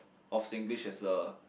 of Singlish as well